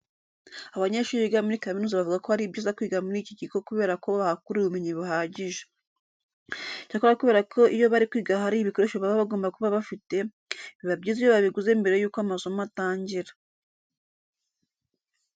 Abanyeshuri biga muri kaminuza bavuga ko ari byiza kwiga muri iki kigo kubera ko bahakura ubumenyi buhagije. Icyakora kubera ko iyo bari kwiga hari ibikoresho baba bagomba kuba bafite, biba byiza iyo babiguze mbere y'uko amasomo atangira.